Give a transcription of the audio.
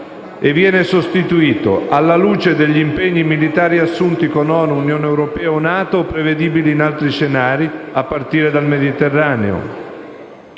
con le seguenti: «alla luce degli impegni militari assunti con ONU, Unione europea o NATO o prevedibili in altri scenari, a partire dal Mediterraneo».